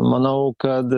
manau kad